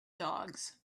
dogs